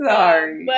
Sorry